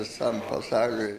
visam pasauliui